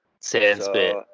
Sandspit